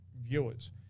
viewers